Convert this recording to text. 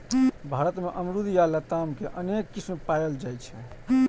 भारत मे अमरूद या लताम के अनेक किस्म पाएल जाइ छै